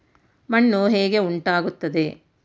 ಮಣ್ಣು ಹೇಗೆ ಉಂಟಾಗುತ್ತದೆ?